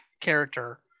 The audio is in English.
character